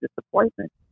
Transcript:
disappointment